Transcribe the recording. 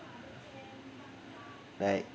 like